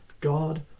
God